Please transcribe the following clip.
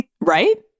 right